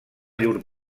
llur